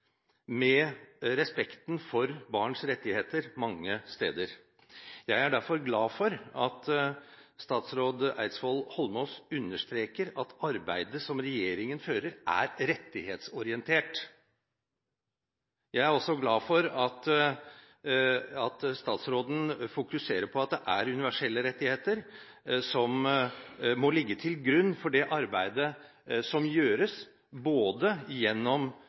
med respekten for barns rettigheter mange steder. Jeg er derfor glad for at statsråd Eidsvoll Holmås understreker at arbeidet som regjeringen fører, er rettighetsorientert. Jeg er også glad for at statsråden fokuserer på at universelle rettigheter må ligge til grunn for det arbeidet som gjøres, både gjennom